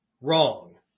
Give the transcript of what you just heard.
wrong